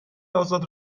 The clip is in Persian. آزاد